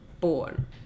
born